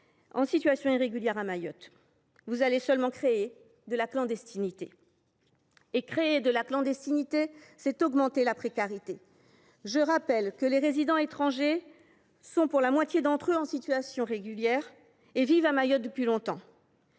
en situation irrégulière à Mayotte ; vous ne ferez que créer de la clandestinité ! Et créer de la clandestinité, c’est augmenter la précarité. Je rappelle que les résidents étrangers sont, pour la moitié d’entre eux, en situation régulière, et vivent à Mayotte depuis longtemps.